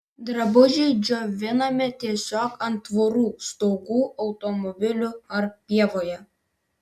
drabužiai džiovinami tiesiog ant tvorų stogų automobilių ar pievoje